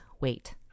wait